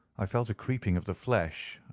i felt a creeping of the flesh,